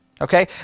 Okay